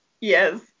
Yes